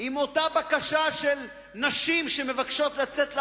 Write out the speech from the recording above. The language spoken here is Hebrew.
עם אותה בקשה של נשים שמבקשות לצאת לעבודה,